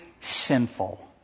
sinful